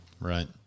Right